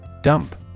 Dump